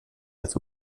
als